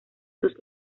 sus